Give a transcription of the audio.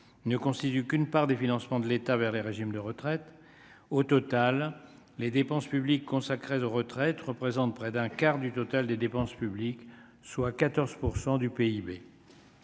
ne constitue qu'une part des financements de l'État vers les régimes de retraite, au total, les dépenses publiques consacrées aux retraites représentent près d'un quart du total des dépenses publiques, soit 14 % du PIB.